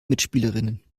mitspielerinnen